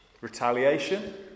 Retaliation